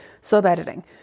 sub-editing